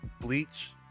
bleach